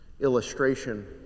illustration